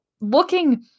looking